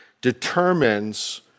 determines